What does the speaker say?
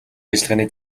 ажиллагааны